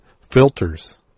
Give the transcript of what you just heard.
filters